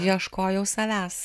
ieškojau savęs